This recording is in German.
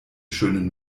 schönen